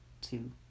two